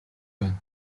байна